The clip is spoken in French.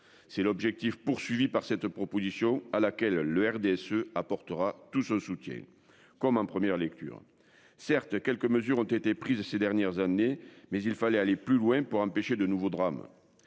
C'est l'objectif poursuivi par cette proposition à laquelle le RDSE apportera tout son soutien. Comme en première lecture. Certes, quelques mesures ont été prises ces dernières années mais il fallait aller plus loin pour empêcher de nouveaux drames.